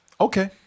Okay